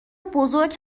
بزرگ